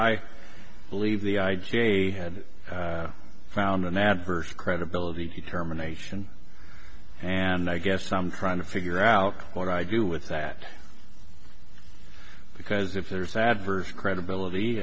i believe the i j a had found an adverse credibility determination and i guess i'm trying to figure out what i do with that because if there's adverse credibility